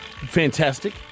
Fantastic